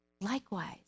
Likewise